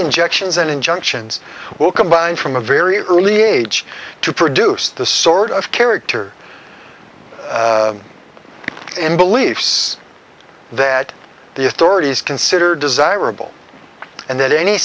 injections and injunctions will combine from a very early age to produce the sort of character in believes that the authorities consider desirable and that any